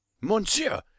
Monsieur